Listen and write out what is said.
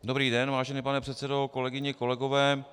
Dobrý den, vážený pane předsedo, kolegyně, kolegové.